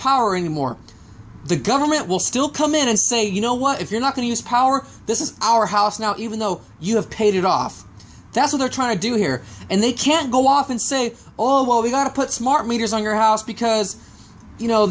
power anymore the government will still come in and say you know what if you're not going to use power this is our house now even though you have paid it off that's what they're trying to do here and they can't go off and say oh well we've got to put smart meters on your house because you know